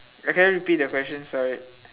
eh can you repeat the question sorry